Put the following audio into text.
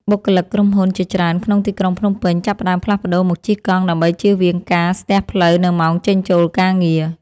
បុគ្គលិកក្រុមហ៊ុនជាច្រើនក្នុងទីក្រុងភ្នំពេញ ចាប់ផ្ដើមផ្លាស់ប្តូរមកជិះកង់ដើម្បីជៀសវាងការស្ទះផ្លូវនៅម៉ោងចេញចូលការងារ។